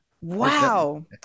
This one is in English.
Wow